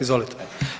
Izvolite.